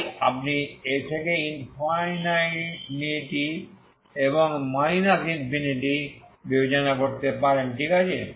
তাই আপনি a থেকে ইনফিনিটি এবং মাইনাস ইনফিনিটি বিবেচনা করতে পারেন ঠিক আছে